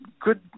good